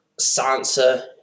Sansa